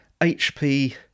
HP